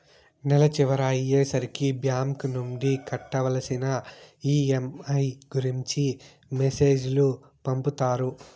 నెల చివర అయ్యే సరికి బ్యాంక్ నుండి కట్టవలసిన ఈ.ఎం.ఐ గురించి మెసేజ్ లు పంపుతారు